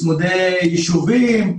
צמודי יישובים,